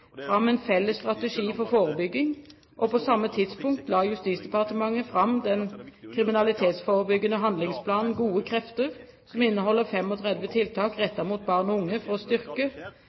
fram en felles strategi for forebygging, og på samme tidspunkt la Justisdepartementet fram den kriminalitetsforebyggende handlingsplanen «Gode krefter», som inneholder 35 tiltak rettet mot barn og unge for å styrke